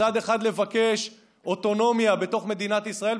מצד אחד לבקש אוטונומיה בתוך מדינת ישראל,